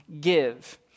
give